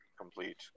complete